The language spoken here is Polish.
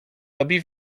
robi